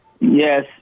Yes